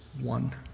one